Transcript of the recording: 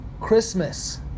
Christmas